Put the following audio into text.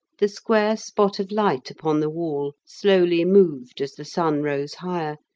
the square spot of light upon the wall slowly moved as the sun rose higher,